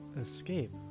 Escape